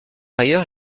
ailleurs